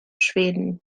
schweden